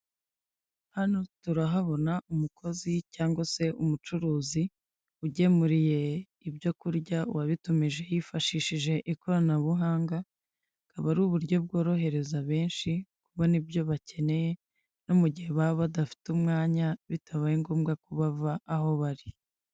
Hano turahabona umukozi cyangwa se umucuruzi ugemuriye ibyo kurya uwabitumi yifashishijeje ikoranabuhanga, akaba ari uburyo bworohereza benshi kubona ibyo bakeneye no mu gihe baba badafite umwanya bitabaye ngombwa ko bava aho bari.